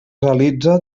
realitza